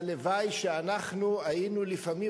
והלוואי שאנחנו היינו לפעמים,